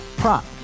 Prop